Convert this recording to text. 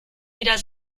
wieder